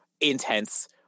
intense